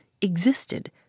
existed